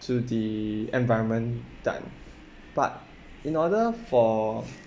to the environment done but in order for